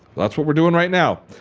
that's what we're doing right now.